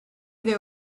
there